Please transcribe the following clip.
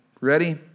Ready